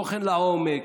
בוחן לעומק.